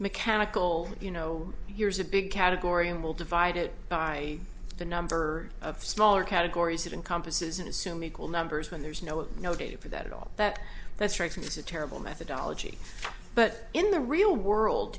mechanical you know here's a big category and will divide it by the number of smaller categories it encompasses and assume equal numbers when there's no no data for that at all that that strikes me as a terrible methodology but in the real world